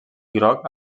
groc